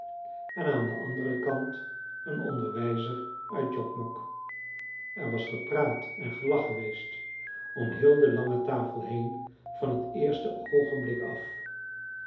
en aan den anderen kant een onderwijzer uit jockmock en er was gepraat en gelach geweest om heel de lange tafel heen van t eerste oogenblik af